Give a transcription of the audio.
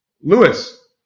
Lewis